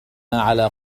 على